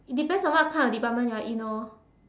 it depends on what kind of department you are in orh